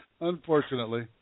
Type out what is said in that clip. Unfortunately